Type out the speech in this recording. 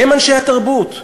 הם אנשי התרבות.